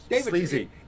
sleazy